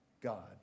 God